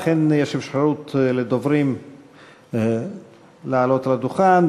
ולכן יש אפשרות לדוברים לעלות לדוכן.